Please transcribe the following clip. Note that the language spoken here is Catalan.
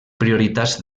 prioritats